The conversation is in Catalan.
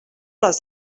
les